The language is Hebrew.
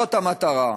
זאת המטרה.